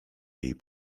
jej